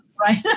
right